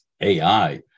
AI